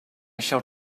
shall